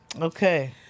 Okay